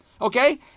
Okay